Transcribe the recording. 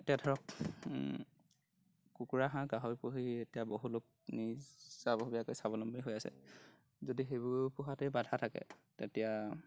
এতিয়া ধৰক কুকুৰা হাঁহ গাহৰি পুহি এতিয়া বহু লোক নিজাববীয়াকৈ স্বাৱলম্বী হৈ আছে যদি সেইবোৰ পোহাতেই বাধা থাকে তেতিয়া